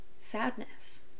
sadness